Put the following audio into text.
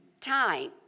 time